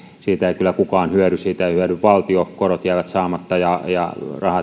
siitä ei kyllä kukaan hyödy siitä ei hyödy valtio korot jäävät saamatta ja ja